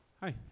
Hi